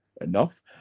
enough